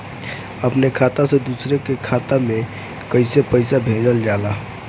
अपने खाता से दूसरे के खाता में कईसे पैसा भेजल जाला?